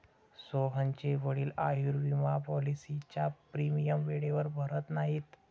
सोहनचे वडील आयुर्विमा पॉलिसीचा प्रीमियम वेळेवर भरत नाहीत